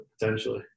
potentially